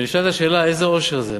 ונשאלת השאלה: איזה אושר זה?